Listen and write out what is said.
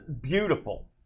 beautiful